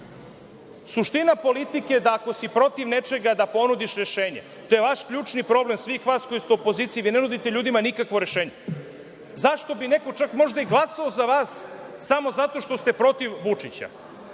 Suština politike je da, ako si protiv nečega, da ponudiš rešenje. To je vaš ključni problem, svih vas koji ste u opoziciji. Vi ne nudite ljudima nikakvo rešenje. Zašto bi neko čak možda i glasao za vas, samo zato što ste protiv Vučića?